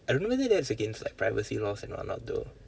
I remember that's against like privacy laws and what not though